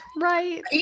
right